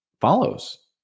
follows